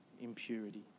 impurity